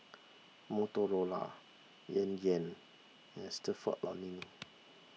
Motorola Yan Yan and Stalford Learning